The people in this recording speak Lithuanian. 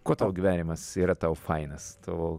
kuo tau gyvenimas yra tau fainas tavo